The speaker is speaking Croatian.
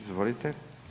Izvolite.